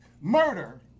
murder